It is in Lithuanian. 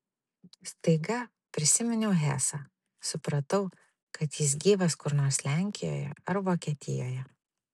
staiga prisiminiau hesą supratau kad jis gyvas kur nors lenkijoje ar vokietijoje